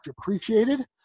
appreciated